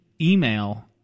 email